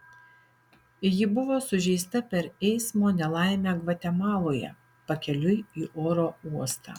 ji buvo sužeista per eismo nelaimę gvatemaloje pakeliui į oro uostą